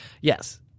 Yes